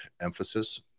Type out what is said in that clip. emphasis